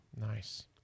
Nice